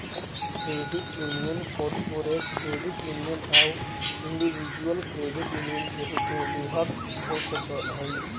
credit union corporate credit union आउ individual credit union के रूप में विभक्त हो सकऽ हइ